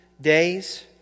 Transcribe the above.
days